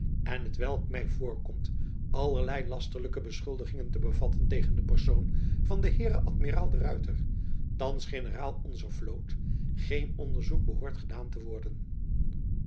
en hetwelk my voorkomt allerlei lasterlijke beschuldigingen te bevatten tegen de persoon van den heere amiraal de ruyter thands generaal onzer vloot geen onderzoek behoort gedaan te worden